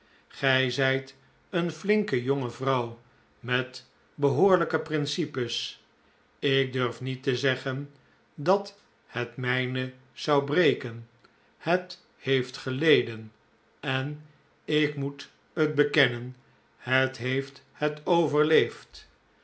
gij zijt een flinke jonge vrouw met behoorlijke principes ik durf niet te zeggen dat het mijne zou breken het heeft geleden en ik moet het bekennen het heeft het overleefd